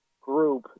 group